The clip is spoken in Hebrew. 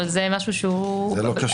אבל במסגרת -- זאת לא חקיקה פרטית.